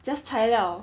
just 材料